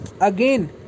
again